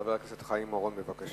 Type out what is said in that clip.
חבר הכנסת חיים אורון, בבקשה.